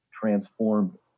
transformed